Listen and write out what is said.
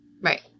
Right